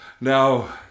now